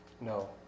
No